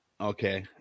Okay